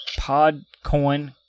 PodCoin